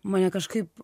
mane kažkaip